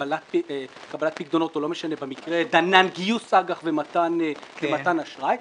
קבלת פיקדונות או במקרה דנן גיוס אג"ח למתן אשראי,